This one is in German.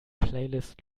playlist